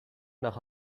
nach